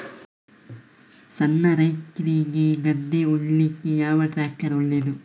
ಸಣ್ಣ ರೈತ್ರಿಗೆ ಗದ್ದೆ ಉಳ್ಳಿಕೆ ಯಾವ ಟ್ರ್ಯಾಕ್ಟರ್ ಒಳ್ಳೆದು?